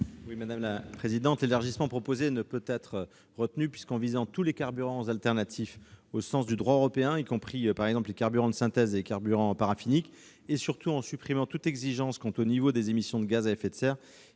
l'avis de la commission ? L'élargissement proposé ne peut être retenu : en visant tous les carburants alternatifs au sens du droit européen, y compris, par exemple, les carburants de synthèse et les carburants paraffiniques, et, surtout, en supprimant toute exigence quant au niveau des émissions de gaz à effet de serre,